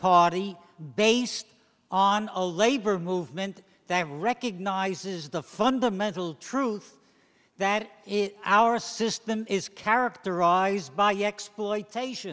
party based on a labor movement that recognizes the fundamental truth that in our system is characterized by exploitation